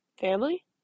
family